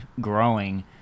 growing